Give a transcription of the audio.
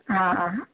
हा हा